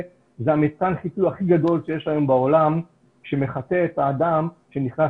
מתקן החיטוי הכי גדול שקיים היום בעולם שמחטא את האדם שנכנס